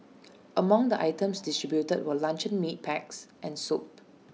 among the items distributed were luncheon meat packs and soap